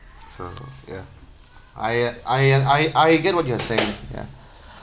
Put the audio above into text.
it's uh ya I uh I uh I I get what you're saying ya